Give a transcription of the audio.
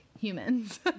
humans